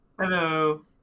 Hello